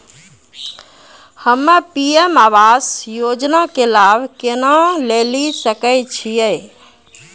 हम्मे पी.एम आवास योजना के लाभ केना लेली सकै छियै?